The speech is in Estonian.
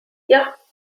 jah